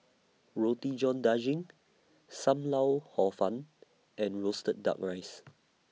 Roti John Daging SAM Lau Hor Fun and Roasted Duck Rice